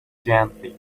gently